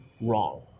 wrong